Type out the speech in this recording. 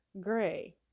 gray